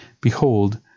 Behold